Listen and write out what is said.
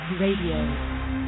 Radio